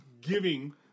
giving